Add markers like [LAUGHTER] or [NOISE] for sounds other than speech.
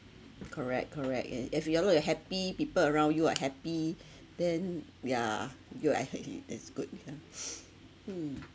correct correct eh if you look like you're happy people around you are happy then yeah you exactly that's good yeah [NOISE] mm